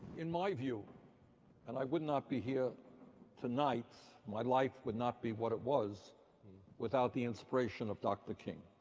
in my view and i would not be here tonight. my life would not be what it was without the inspiration of dr. king.